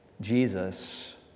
Jesus